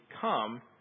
come